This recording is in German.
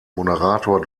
moderator